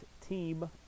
Team